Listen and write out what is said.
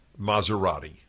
Maserati